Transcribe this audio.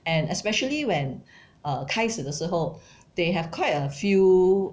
and especially when uh 开始的时候 they have quite a few